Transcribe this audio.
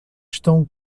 estão